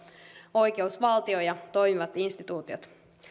oikeusvaltio ja toimivat instituutiot